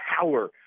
power